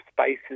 spaces